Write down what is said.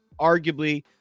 arguably